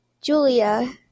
Julia